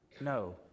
no